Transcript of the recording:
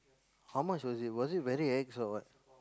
how much was it was it very ex or what